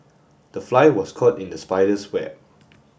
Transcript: the fly was caught in the spider's web